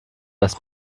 erst